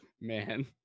Man